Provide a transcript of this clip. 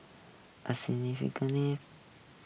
a